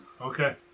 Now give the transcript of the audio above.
Okay